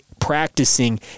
practicing